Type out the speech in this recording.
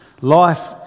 Life